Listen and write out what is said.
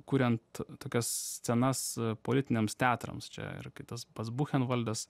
kuriant tokias scenas politiniams teatrams čia ir kai tas pas buchenvaldas